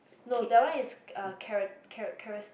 no that one is uh kera~ kera~ keras~